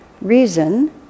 reason